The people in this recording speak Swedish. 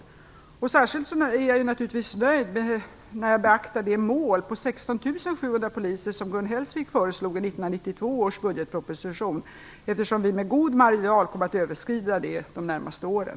Jag är särskilt nöjd när jag beaktar det mål på 16 700 poliser som Gun Hellsvik föreslog i 1992 års budgetproposition, eftersom vi med god marginal kommer att överskrida det målet under de närmaste åren.